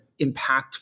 impactful